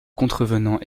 contrevenants